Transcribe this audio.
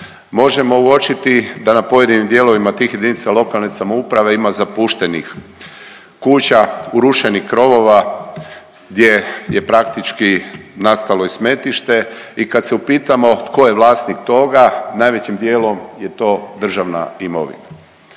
možemo uočiti da na pojedinim dijelovima tih JLS ima zapuštenih kuća, urušenih krovova gdje je praktički nastalo i smetište i kad se upitamo tko je vlasnik toga, najvećim dijelom je to državna imovina.